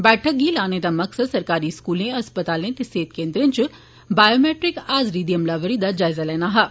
बैठक गी लाने दा मकसद सरकारी स्कूलें अरूपतालें ते सेहत केन्द्रें इच बायोमैट्रिक हाजरी दी अमलावार दा जायजा लैत्ता